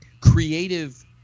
creative